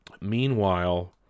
Meanwhile